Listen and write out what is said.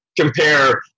compare